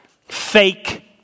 fake